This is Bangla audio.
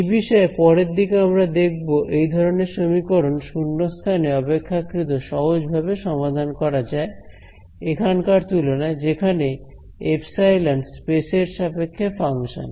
এই বিষয়ে পরের দিকে আমরা দেখব এই ধরনের সমীকরণ শূন্যস্থানে অপেক্ষাকৃত সহজভাবে সমাধান করা যায় এখানকার তুলনায় যেখানে এপসাইলন স্পেস এর সাপেক্ষে ফাংশন